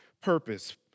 purpose